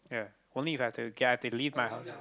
ya only If I have to okay I have to leave my house